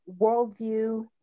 worldview